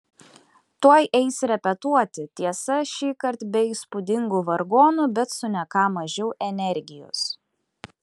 tuoj eis repetuoti tiesa šįkart be įspūdingų vargonų bet su ne ką mažiau energijos